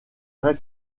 vrai